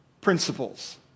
principles